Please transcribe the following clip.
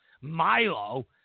Milo